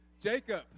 Jacob